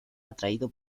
atraído